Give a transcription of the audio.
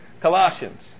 Colossians